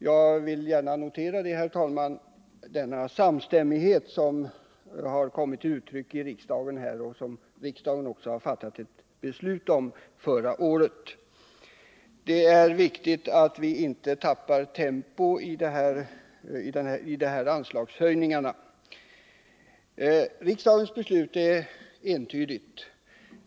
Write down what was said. Jag vill, herr talman, notera denna samstämmighet som kommit till uttryck iriksdagen och som riksdagen också har fattat ett beslut om förra året. Det är viktigt att vi inte tappar tempo i de här anslagshöjningarna. Riksdagens beslut är entydigt.